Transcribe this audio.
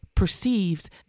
perceives